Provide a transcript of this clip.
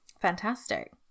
fantastic